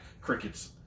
Crickets